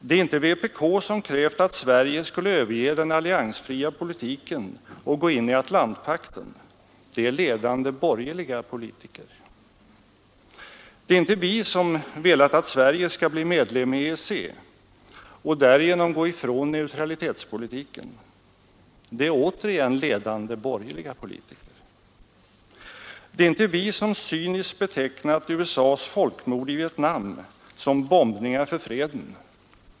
Det är inte vpk som krävt att Sverige skall överge den alliansfria politiken och gå in i Atlantpakten. Det är ledande borgerliga politiker. Det är inte vi som velat att Sverige skall bli medlem i EEC och därigenom gå ifrån neutralitetspolitiken. Det är återigen ledande borgerliga politiker. Det är inte vi som cyniskt betecknat USA:s folkmord i Vietnam som bombningar för freden.